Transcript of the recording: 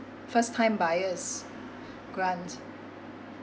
first time buyer's grant